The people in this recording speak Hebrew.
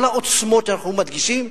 כל העוצמות שאנחנו מקדישים,